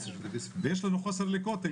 ויש לנו חוסר לקוטן,